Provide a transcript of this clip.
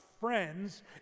friends